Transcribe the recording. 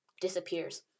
disappears